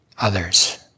others